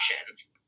options